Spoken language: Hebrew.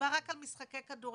ומדובר רק על משחקי כדורגל,